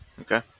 Okay